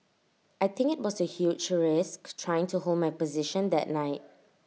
I think IT was A huge risk trying to hold my position that night